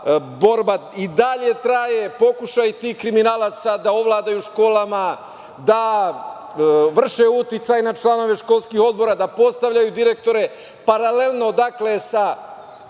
i dalje traje, pokušaj tih kriminalaca da ovladaju školama, da vrše uticaj na članove školskih odbora, da postavljaju direktore, paralelno sa